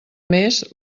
més